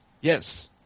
Yes